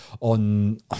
on